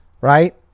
right